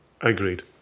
Agreed